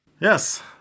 Yes